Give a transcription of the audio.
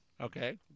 Okay